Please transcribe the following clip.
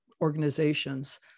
organizations